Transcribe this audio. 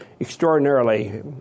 Extraordinarily